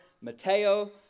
Mateo